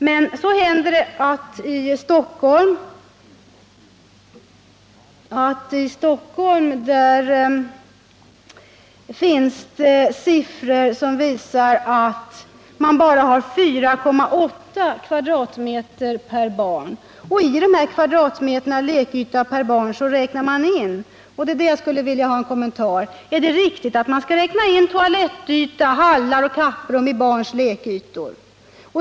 Men i Stockholm finns det siffror som visar att man bara har 4,8 m? per barn, och i de här kvadratmetrarna lekyta per barn räknar man in toaletter, hallar och kapprum, och det är det jag skulle vilja ha en kommentar till. Är det riktigt att man skall räkna in toalettytan, hallar och kapprum i barns lekyta?